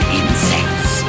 insects